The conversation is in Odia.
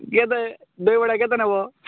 ଏବେ ଦହିବରା କେତେ ନେବ